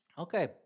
Okay